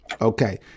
Okay